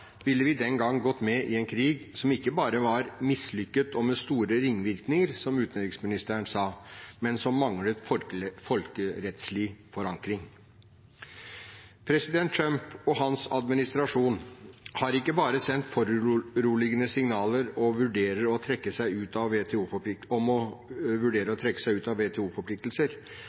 ville vi den gang gått med i en krig som ikke bare var mislykket og med store ringvirkninger, som utenriksministeren sa, men som manglet folkerettslig forankring. President Trump og hans administrasjon har ikke bare sendt foruroligende signaler om å vurdere å trekke seg ut av WTO-forpliktelser, de har allerede gjennomført endringer, som å trekke